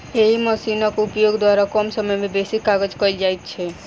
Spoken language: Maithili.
एहि मशीनक उपयोग द्वारा कम समय मे बेसी काज कयल जाइत छै